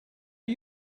are